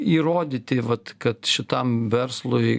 įrodyti vat kad šitam verslui